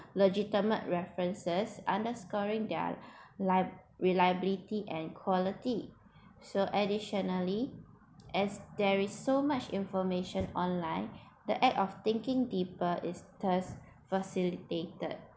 legitimate references underscoring their lia~ reliability and quality so additionally as there is so much information online the act of thinking deeper is thus facilitated